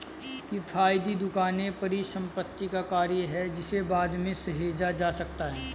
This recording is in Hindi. किफ़ायती दुकान परिसंपत्ति का कार्य है जिसे बाद में सहेजा जा सकता है